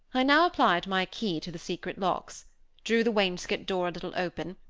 i now applied my key to the secret locks drew the wainscot door a little open,